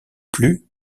plus